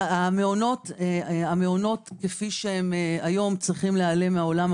המעונות הגדולים כפי שהם היום צריכים להיעלם מהעולם.